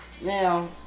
Now